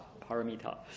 paramita